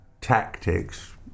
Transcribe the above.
tactics